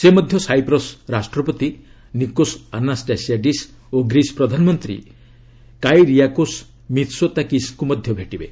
ସେ ମଧ୍ୟ ସାଇପ୍ରସ୍ ରାଷ୍ଟ୍ରପତି ନିକୋଶ ଆନାଷ୍ଟାସିଆଡିସ୍ ଓ ଗ୍ରୀସ୍ ପ୍ରଧାନମନ୍ତ୍ରୀ କାଇରିଆକୋଶ ମିତ୍ସୋତାକିସ୍ଙ୍କୁ ମଧ୍ୟ ଭେଟିବେ